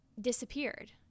disappeared